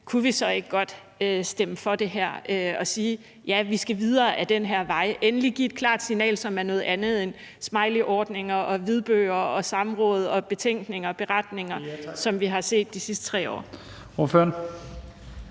kunne man godt stemme for det her og sige, at, ja, vi skal videre ad den her vej, og dermed endelig give et klart signal, som er noget andet end smileyordninger, hvidbøger, samråd, betænkninger og beretninger, som vi har set de sidste 3 år.